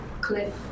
cliff